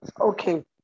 okay